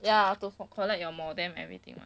ya to collect your modem everything lah